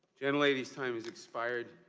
and lady, time has expired.